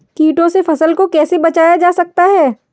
कीटों से फसल को कैसे बचाया जा सकता है?